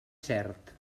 cert